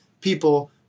people